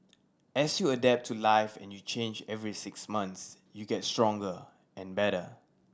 as you adapt to life and you change every six months you get stronger and better